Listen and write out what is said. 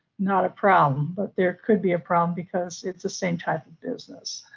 not a problem, but there could be a problem, because it's the same type of business.